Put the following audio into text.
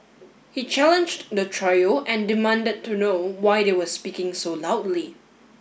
he challenged the trio and demanded to know why they were speaking so loudly